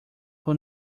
who